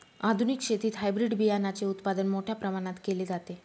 आधुनिक शेतीत हायब्रिड बियाणाचे उत्पादन मोठ्या प्रमाणात केले जाते